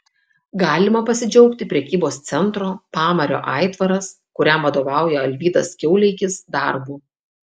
galima pasidžiaugti prekybos centro pamario aitvaras kuriam vadovauja alvydas kiauleikis darbu